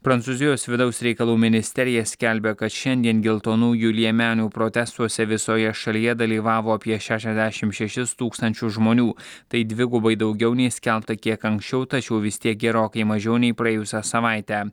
prancūzijos vidaus reikalų ministerija skelbia kad šiandien geltonųjų liemenių protestuose visoje šalyje dalyvavo apie šešiasdešim šešis tūkstančius žmonių tai dvigubai daugiau nei skelbta kiek anksčiau tačiau vis tiek gerokai mažiau nei praėjusią savaitę